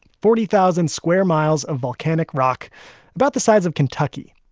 forty thousand square miles of volcanic rock about the size of kentucky.